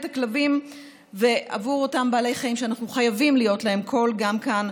עבור הכלבים ועבור אותם בעלי חיים שאנחנו חייבים להיות להם קול גם כאן,